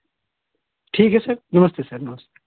ठीक है सर नमस्ते सर नमस्ते